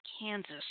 Kansas